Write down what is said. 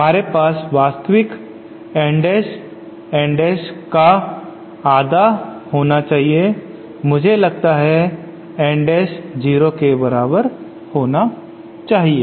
हमारे पास वास्तविक एन डैश एन डैश का आधा होना चाहिए मुझे लगता है एन डैश 0 के बराबर होना चाहिए